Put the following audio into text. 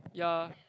ya